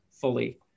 fully